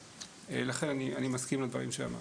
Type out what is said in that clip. לכן אני מסכים לדברים שאמרת.